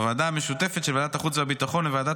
בוועדה המשותפת של ועדת החוץ והביטחון וועדת